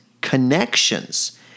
connections